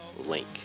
link